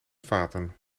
vaten